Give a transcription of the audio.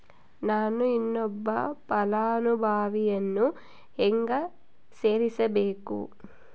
ನಾನು ಇನ್ನೊಬ್ಬ ಫಲಾನುಭವಿಯನ್ನು ಹೆಂಗ ಸೇರಿಸಬೇಕು?